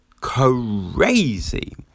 crazy